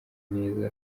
neza